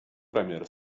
premier